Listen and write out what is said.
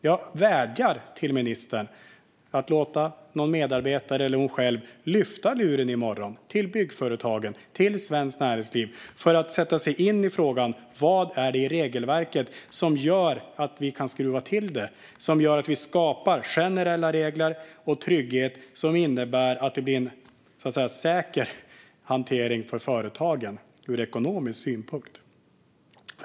Jag vädjar till ministern att låta någon medarbetare lyfta luren i morgon - eller göra det själv - och ringa Byggföretagen och Svenskt Näringsliv för att sätta sig in i frågan om vad det är i regelverket som gör att vi kan skruva till det och som gör att vi skapar generella regler och trygghet som innebär att det blir en säker hantering för företagen ur ekonomisk synpunkt.